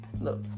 Look